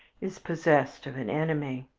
is possessed of an enemy.